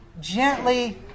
gently